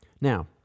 Now